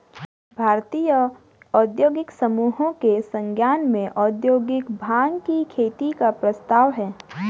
भारतीय औद्योगिक समूहों के संज्ञान में औद्योगिक भाँग की खेती का प्रस्ताव है